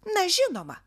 na žinoma